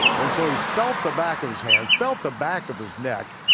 and so he felt the back of his hand, felt the back of his neck,